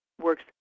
works